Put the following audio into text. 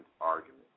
argument